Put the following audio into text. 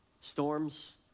Storms